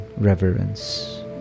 reverence